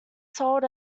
sold